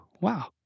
Wow